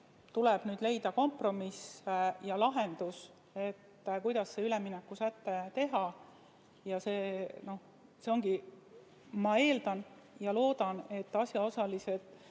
tuleb nüüd leida kompromisslahendus, kuidas see üleminekusäte teha. Ma eeldan ja loodan, et asjaosalised